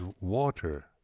water